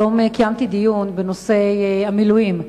היום קיימתי דיון בנושא המילואים,